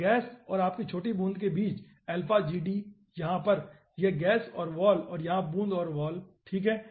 तो गैस और आपकी छोटी बूंद के बीच अल्फा gd यहां यह गैस और वॉल और यहां बूंद और वॉल ठीक है